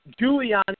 Giuliani